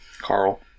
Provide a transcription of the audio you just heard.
Carl